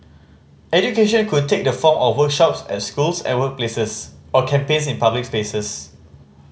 education could take the form of workshops at schools and workplaces or campaigns in public spaces